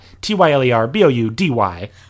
T-Y-L-E-R-B-O-U-D-Y